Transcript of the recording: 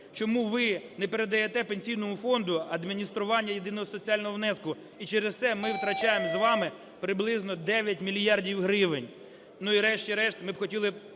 Чому ви не передаєте Пенсійному фонду адміністрування єдиного соціального внеску, і через це ми втрачаємо з вами приблизно 9 мільярдів гривень? Ну і, врешті-решт, ми хотіли